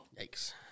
Yikes